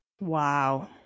Wow